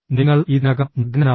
നിങ്ങൾ ഇതിനകം നഗ്നനാണ്